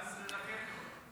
17 רקטות.